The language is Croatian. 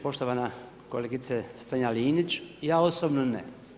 Poštovana kolegice Strenja-Linić, ja osobno ne.